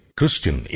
Christian